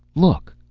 look!